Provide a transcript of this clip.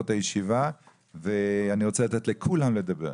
את הישיבה ואני רוצה לתת לכולם לדבר.